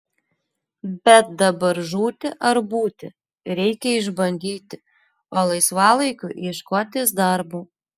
bet dabar žūti ar būti reikia išbandyti o laisvalaikiu ieškotis darbo